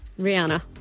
Rihanna